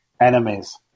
enemies